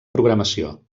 programació